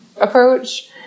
approach